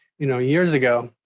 you know, years ago.